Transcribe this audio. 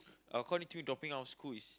I will dropping out of school is